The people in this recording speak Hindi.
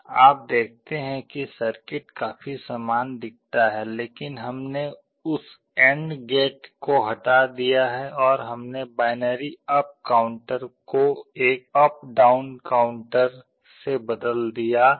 आप देखते हैं कि सर्किट काफी समान दिखता है लेकिन हमने उस एन्ड गेट को हटा दिया है और हमने बाइनरी अप काउंटर को एक up down counter updown counter से बदल दिया गया है